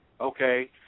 okay